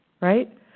right